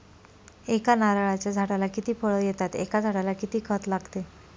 एका नारळाच्या झाडाला किती फळ येतात? एका झाडाला किती खत लागते?